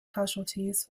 casualties